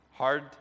Hard